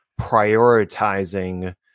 prioritizing